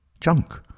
Junk